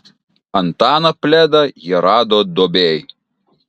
antaną pledą jie rado duobėj